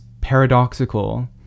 paradoxical